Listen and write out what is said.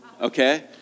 Okay